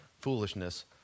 foolishness